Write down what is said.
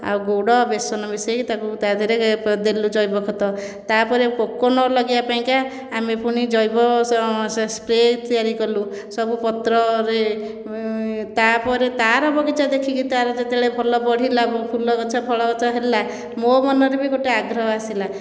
ଆଉ ଗୁଡ଼ ବେସନ ମିସେଇକି ତାକୁ ତା'ଦେହରେ ଦେଲୁ ଜୈବିକ ଖତ ତା'ପରେ ପୋକ ନଲାଗିବା ପାଇଁକା ଆମ ପୁଣି ଜୈବ ସ୍ପ୍ରେ ତିଆରି କଲୁ ସବୁ ପତ୍ରରେ ତା'ପରେ ତା'ର ବଗିଚା ଦେଖିକି ତା'ର ଯେତେବେଳେ ଭଲ ବଢ଼ିଲା ଏବଂ ଫୁଲ ଗଛ ଫଳ ଗଛ ହେଲା ମୋ ମନରେ ବି ଗୋଟିଏ ଆଗ୍ରହ ଆସିଲା